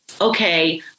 okay